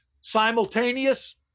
Simultaneous